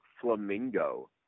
flamingo